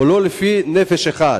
ולא לפי נפש אחת,